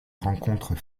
rencontres